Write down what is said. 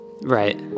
Right